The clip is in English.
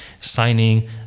signing